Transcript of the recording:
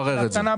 תודה,